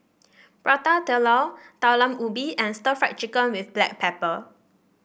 Prata Telur Talam Ubi and Stir Fried Chicken with Black Pepper